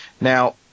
Now